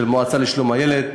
של המועצה לשלום הילד,